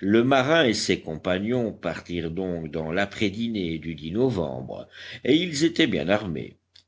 le marin et ses compagnons partirent donc dans l'après-dînée du novembre et ils étaient bien armés